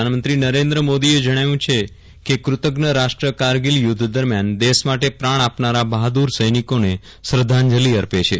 પ્રધાનમંત્રી નરેન્દ્ર મોદીએ જણાવ્યું છે કેકૃતજ્ઞ રાષ્ટ્ર કારગીલ યુદ્ધ દરમ્યાન દેશ માટે પ્રાણ આપનારા બહાદુર સૈનિકોને શ્રદ્ધાંજલિ અર્પે છે